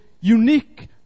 unique